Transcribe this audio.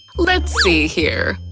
let's see here,